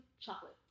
chocolate